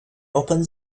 open